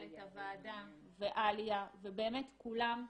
מנהלת הוועדה, ואליה, ובאמת כולם.